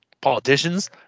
politicians